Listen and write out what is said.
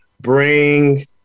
bring